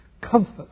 comfort